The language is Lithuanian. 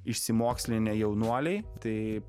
išsimokslinę jaunuoliai tai